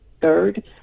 Third